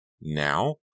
Now